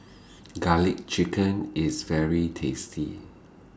Garlic Chicken IS very tasty